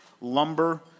lumber